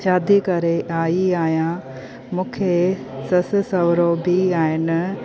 शादी करे आई आहियां मूंखे ससु सहुरो बि आहिनि